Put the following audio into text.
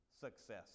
success